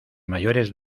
mayores